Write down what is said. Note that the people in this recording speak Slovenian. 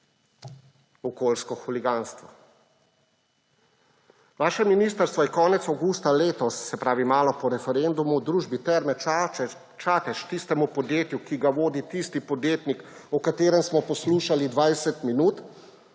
okoljskega huliganstva. Vaše ministrstvo je konec avgusta letos, se pravi malo po referendumu, družbi Terme Čatež, tistemu podjetju, ki ga vodi tisti podjetnik, o katerem smo poslušali 20 minut,